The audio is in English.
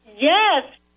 Yes